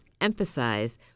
emphasize